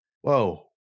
Whoa